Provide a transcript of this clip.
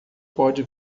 pode